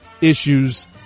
issues